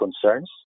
concerns